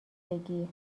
بگی